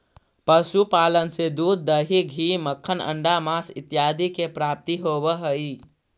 पशुपालन से दूध, दही, घी, मक्खन, अण्डा, माँस इत्यादि के प्राप्ति होवऽ हइ